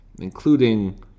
including